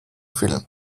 film